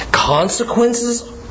Consequences